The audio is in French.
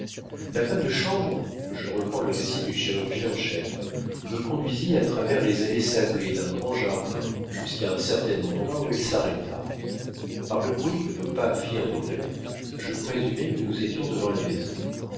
la femme de chambre je reprends le récit du chirurgien en chef me conduisit à travers les allées sablées d'un grand jardin jusqu'à un certain endroit où elle s'arrêta par le bruit que nos pas firent dans l'air je présumai que nous étions devant la maison